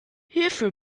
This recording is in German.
hierfür